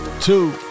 two